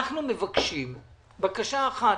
אנחנו מבקשים בקשה אחת.